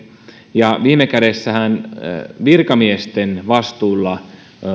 ja viime kädessähän virkamiesten vastuulla